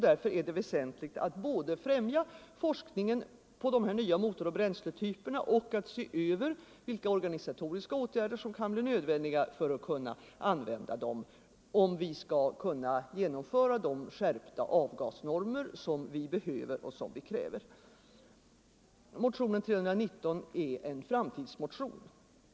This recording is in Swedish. Därför är det väsentligt att både främja forskningen på dessa nya motoroch — Luftvård bränsletyper och se över vilka organisatoriska åtgärder som kan bli nödvändiga för att kunna använda dem, om vi skall kunna genomföra de skärpta avgasnormer som vi behöver och som vi kräver. Motionen 319 är en framtidsmotion.